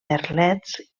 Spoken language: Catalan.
merlets